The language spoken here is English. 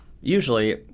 usually